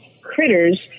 critters